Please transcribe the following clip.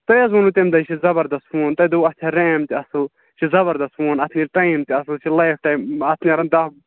تۄہہِ حظ ووٚنوُ تَمہِ دۄہ یہِ چھِ زبردس فون تۄہہِ دوٚپوٕ اَتھ چھےٚ ریم تہِ اَصٕل یہِ چھِ زبردس فون اَتھ نیرِ ٹایِم تہِ یہِ چھِ لایف ٹایم اَتھ نیرَن دَہ